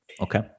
Okay